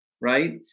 right